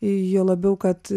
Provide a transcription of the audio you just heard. juo labiau kad